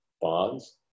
bonds